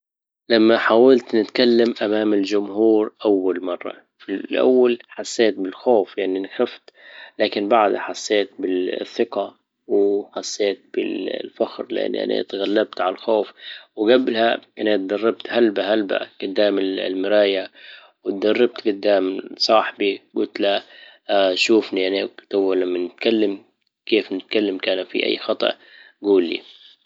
لما حاولت نتكلم امام الجمهور اول مرة في الاول حسيت بالخوف يعني انى خوفت لكن بعدها حسيت بالثقة وحسيت بالفخر لانى انا اتغلبت على الخوف وجبلها انا اتدربت هلبه هلبه جدام المراية و اتدربت جدام صاحبي جلت له: شوفني يعني تو لما نتكلم كيف نتكلم كان في اي خطأ جول لي